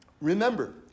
remember